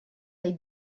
they